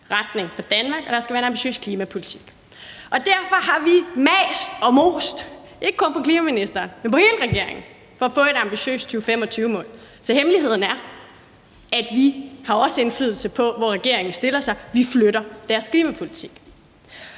retning for Danmark, og at der skal være en ambitiøs klimapolitik. Og derfor har vi maset og moset på, ikke kun i forhold til klimaministeren, men hele regeringen, for at få et ambitiøst 2025-mål. Men hemmeligheden er, at vi også har indflydelse på, hvor regeringen stiller sig: Vi flytter deres klimapolitik.